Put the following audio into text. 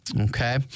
okay